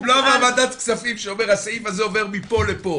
אם לא באה ועדת כספים שאומר הסעיף עובר מפה לפה.